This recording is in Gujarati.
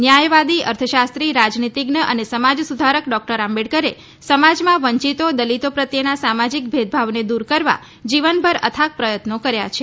ન્યાયવાદી અર્થશાસ્ત્રી રાજનીતીજ્ઞ અને સમાજસુધારક ડોકટર આમ્બડેકરે સમાજમાં વંચિતો દલિતો પ્રત્યેના સામાજિક ભેદભાવને દૂર કરવા જીવનભર અથાગ પ્રયત્નો કર્યા છે